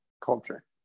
culture